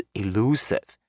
elusive